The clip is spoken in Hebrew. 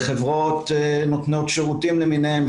לחברות נותנות שירותים למיניהם,